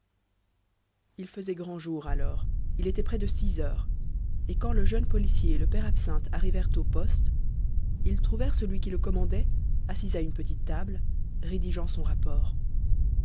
il faisait grand jour alors il était près de six heures et quand le jeune policier et le père absinthe arrivèrent au poste ils trouvèrent celui qui le commandait assis à une petite table rédigeant son rapport